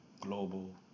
global